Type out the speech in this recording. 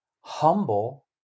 humble